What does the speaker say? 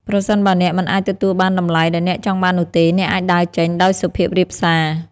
ប្រសិនបើអ្នកមិនអាចទទួលបានតម្លៃដែលអ្នកចង់បាននោះទេ អ្នកអាចដើរចេញដោយសុភាពរាបសារ។